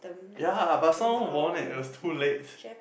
ya but someone won it it was too late